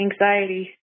anxiety